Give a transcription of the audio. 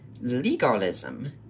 Legalism